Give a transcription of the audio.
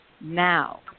now